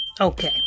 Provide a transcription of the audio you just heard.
Okay